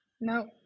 No